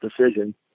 decision